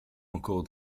encore